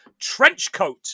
Trenchcoat